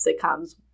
sitcoms